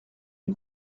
une